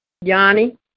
Yanni